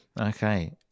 okay